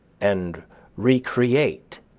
and recreate,